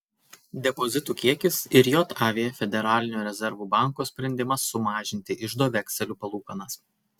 depozitų kiekis ir jav federalinio rezervų banko sprendimas sumažinti iždo vekselių palūkanas